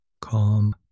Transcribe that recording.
Calm